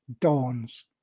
dawns